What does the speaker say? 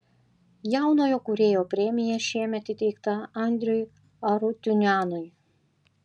jaunojo kūrėjo premija šiemet įteikta andriui arutiunianui